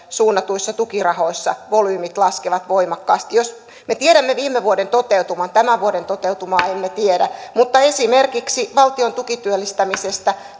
suunnatuissa tukirahoissa volyymit laskevat voimakkaasti me tiedämme viime vuoden toteutuman tämän vuoden toteutumaa emme tiedä mutta esimerkiksi valtion tukityöllistämisestä